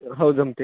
हो जमते आहे